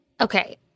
okay